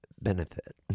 benefit